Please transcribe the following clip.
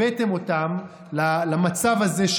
הבאתם אותם למצב הזה,